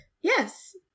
yes